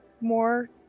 more